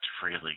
freely